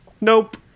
nope